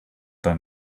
then